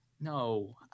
no